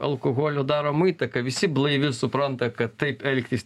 alkoholio daroma įtaka visi blaiviai supranta kad taip elgtis